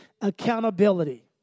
accountability